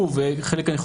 שפי שחלק צפו וחלק לא צפו,